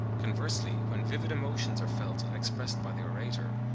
conversely, when vivid emotions are felt and expressed by the orator,